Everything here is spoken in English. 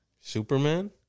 Superman